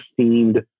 seemed